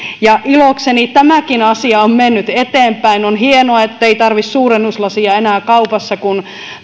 ilokseni tämäkin asia on mennyt eteenpäin on hienoa ettei tarvitse suurennuslasia enää kaupassa kun